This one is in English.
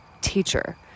teacher